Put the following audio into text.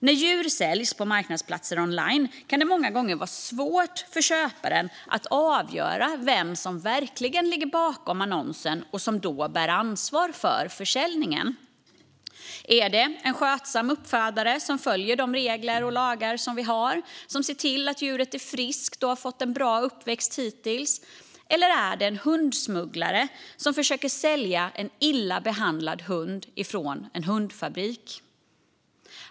När djur säljs på marknadsplatser online kan det många gånger vara svårt för köparen att avgöra vem som verkligen ligger bakom annonsen och vem som bär ansvar för försäljningen. Är det en skötsam uppfödare som följer de regler och lagar som vi har och som ser till att djuret är friskt och har fått en bra uppväxt hittills? Eller är det en hundsmugglare som försöker sälja en illa behandlad hund från en hundfabrik?